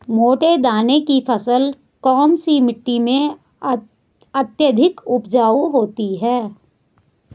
मोटे दाने की फसल कौन सी मिट्टी में अत्यधिक उपजाऊ होती है?